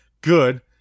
good